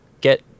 get